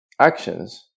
actions